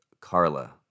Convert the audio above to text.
Carla